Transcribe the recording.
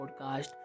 podcast